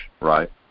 right